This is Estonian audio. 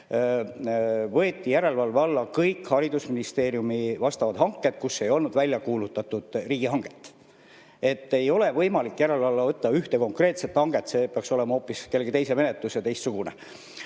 võeti järelevalve alla kõik haridusministeeriumi vastavad hanked, kus ei olnud välja kuulutatud riigihanget. Ei ole võimalik järelevalve alla võtta ühte konkreetset hanget, see peaks olema hoopis kellegi teise menetlus ja teistsugune